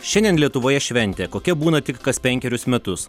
šiandien lietuvoje šventė kokia būna tik kas penkerius metus